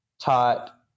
Taught